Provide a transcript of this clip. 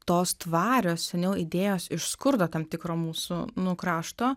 tos tvarios seniau idėjos iš skurdo tam tikro mūsų nu krašto